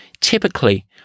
Typically